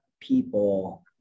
people